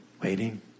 waiting